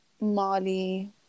Mali